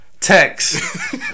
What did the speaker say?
text